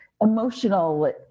emotional